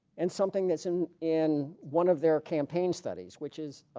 and something that's in in one of their campaign studies which is